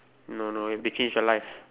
no no it may change your life